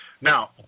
Now